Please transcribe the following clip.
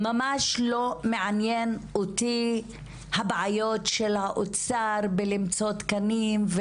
ממש לא מעניינות אותי הבעיות של האוצר למצוא תקנים.